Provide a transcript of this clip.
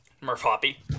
Murph-Hoppy